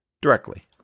directly